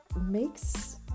makes